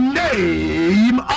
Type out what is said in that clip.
name